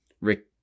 Rick